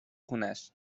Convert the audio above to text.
خونش